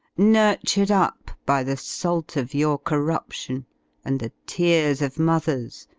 nurtured up by the salt of your corruption and the tears of mothers,